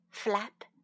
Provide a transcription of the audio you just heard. flap